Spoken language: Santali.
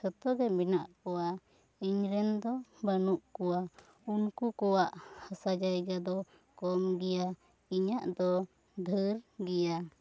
ᱡᱷᱚᱛᱚ ᱨᱮᱱ ᱢᱮᱱᱟᱜ ᱠᱚᱣᱟ ᱤᱧ ᱨᱤᱱ ᱫᱚ ᱵᱟᱹᱱᱩᱜ ᱠᱚᱣᱟ ᱩᱱᱠᱩ ᱠᱚᱣᱟᱜ ᱦᱟᱥᱟ ᱡᱟᱭᱜᱟ ᱫᱚ ᱠᱚᱢ ᱜᱮᱭᱟ ᱤᱧᱟ ᱜ ᱫᱚ ᱰᱷᱮᱨ ᱜᱮᱭᱟ